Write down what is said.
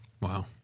Wow